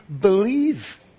believe